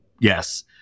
Yes